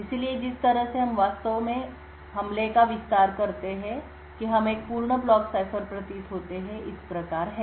इसलिए जिस तरह से हम वास्तव में इस हमले का विस्तार करते हैं कि हम एक पूर्ण ब्लॉक सिफर प्रतीत होते हैं इस प्रकार है